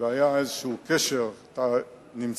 והיה איזה קשר אתה נמצא